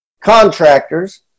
contractors